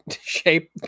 shape